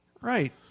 Right